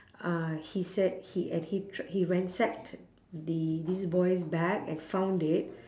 uh he said he and he tr~ he ransacked the this boy's bag and found it